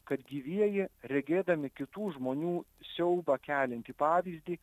kad gyvieji regėdami kitų žmonių siaubą keliantį pavyzdį